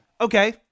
Okay